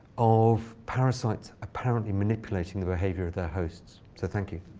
of parasites apparently manipulating the behavior of their hosts. so thank you.